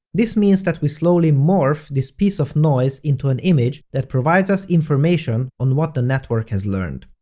this means that we slowly morph this piece of noise into an image that provides us information on what the network has learned.